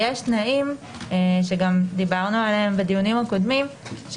יש סייגים שלא הקראנו אותם עדיין, של